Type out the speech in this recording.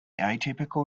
atypical